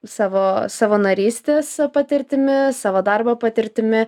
savo savanorystės patirtimi savo darbo patirtimi